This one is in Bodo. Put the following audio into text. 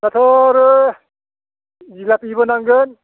दाथ आरो जिलाफिबो नांगोन